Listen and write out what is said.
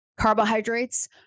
carbohydrates